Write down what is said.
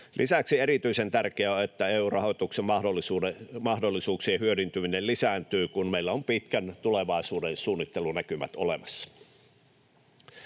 Lisäksi erityisen tärkeää on, että EU-rahoituksen mahdollisuuksien hyödyntäminen lisääntyy, kun meillä on pitkälle tulevaisuuteen suunnittelunäkymät olemassa.